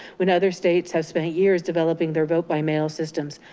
when other states have spent years developing their vote by mail systems.